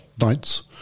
nights